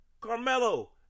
Carmelo